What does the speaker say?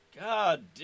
God